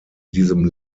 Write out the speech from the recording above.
diesem